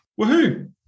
Woohoo